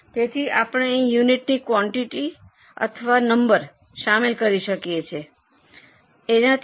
તેથી આપણે અહીં યુનિટની ક્વોન્ટૅટી અથવા નંબર શામેલ કરી શકીએ છીએ